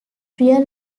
trial